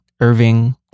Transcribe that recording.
Irving